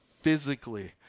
physically